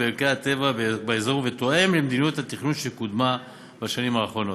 בערכי הטבע באזור ותואם את מדיניות התכנון שקודמה בשנים האחרונות.